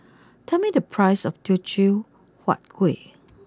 tell me the prices of Teochew Huat Kuih